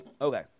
Okay